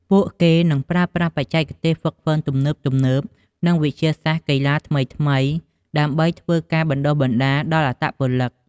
ពួកគេនឹងប្រើប្រាស់បច្ចេកទេសហ្វឹកហ្វឺនទំនើបៗ និងវិទ្យាសាស្ត្រកីឡាថ្មីៗ ដើម្បីធ្វើការបណ្តុះបណ្តាលដល់អត្តពលិក។